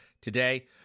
Today